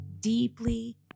deeply